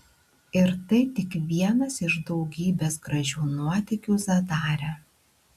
ir tai tik vienas iš daugybės gražių nuotykių zadare